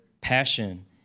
Passion